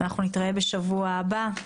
נתראה בשבוע הבא,